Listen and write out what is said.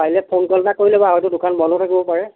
পাৰিলে ফোনকল এটা কৰি ল'বা হয়তো দোকান বন্ধও থাকিব পাৰে